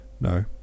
No